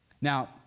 Now